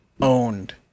owned